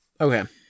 Okay